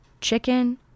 chicken